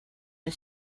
and